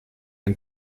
ein